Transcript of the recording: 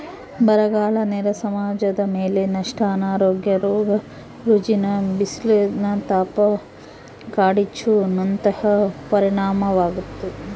ಬರಗಾಲ ನೇರ ಸಮಾಜದಮೇಲೆ ನಷ್ಟ ಅನಾರೋಗ್ಯ ರೋಗ ರುಜಿನ ಬಿಸಿಲಿನತಾಪ ಕಾಡ್ಗಿಚ್ಚು ನಂತಹ ಪರಿಣಾಮಾಗ್ತತೆ